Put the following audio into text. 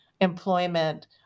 employment